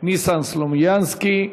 ניסן סלומינסקי.